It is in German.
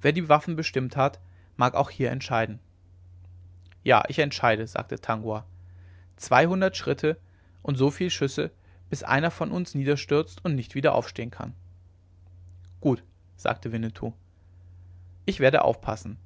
wer die waffen bestimmt hat mag auch hier entscheiden ja ich entscheide sagte tangua zweihundert schritte und soviel schüsse bis einer von uns niederstürzt und nicht wieder aufstehen kann gut sagte winnetou ich werde aufpassen